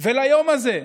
ליום הזה,